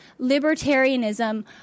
libertarianism